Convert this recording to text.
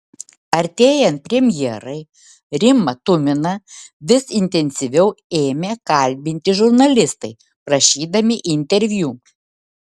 artėjant premjerai rimą tuminą vis intensyviau ėmė kalbinti žurnalistai prašydami interviu